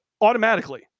automatically